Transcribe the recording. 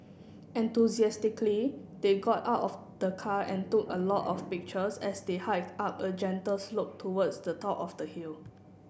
enthusiastically they got out of the car and took a lot of pictures as they hiked up a gentle slope towards the top of the hill